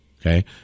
Okay